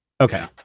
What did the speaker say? Okay